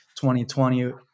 2020